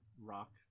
rock